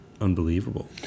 unbelievable